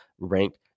ranked